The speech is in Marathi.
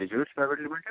private limited